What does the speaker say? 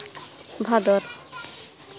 ᱵᱷᱟᱫᱚᱨ